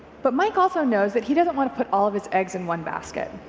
but mike also knows that he doesn't want to put all of his eggs in one basket.